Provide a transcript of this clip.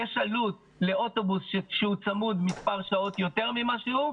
יש עלות לאוטובוס שהוא צמוד מספר שעות יותר ממה שהוא,